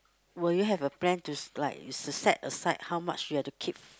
will you have a plan to like set aside how much you have to keep